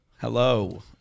Hello